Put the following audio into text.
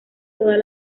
todas